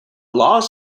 laws